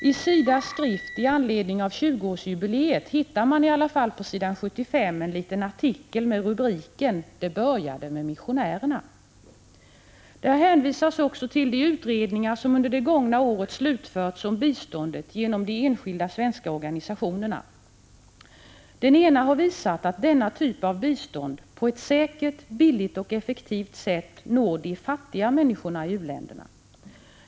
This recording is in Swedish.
I SIDA:s skrift med anledning av 20-årsjubileet hittar man i varje fall på s. 75 en liten artikel med rubriken ”Det började med missionärerna”. Där hänvisas också till de utredningar som under det gångna året slutförts om biståndet genom de enskilda svenska organisationerna. Den ena har visat att denna typ av bistånd på ett säkert, billigt och effektivt sätt når de fattiga människorna i u-länderna.